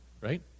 right